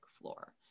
floor